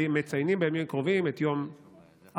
הם מציינים בימים הקרובים את יום עראפה,